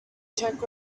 czech